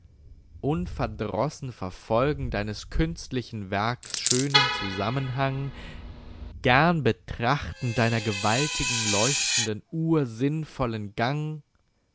unverdrossen verfolgen deines künstlichen werks schönen zusammenhang gern betrachten deiner gewaltigen leuchtenden uhr sinnvollen gang